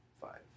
five